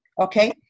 okay